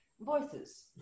voices